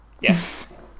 Yes